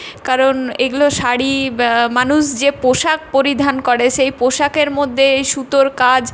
কারণ এগুলো শাড়ি মানুষ যে পোশাক পরিধান করে সেই পোশাকের মধ্যে এই সুতোর কাজ